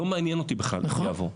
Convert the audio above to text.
לא מעניין אותי בכלל איך זה יעבור.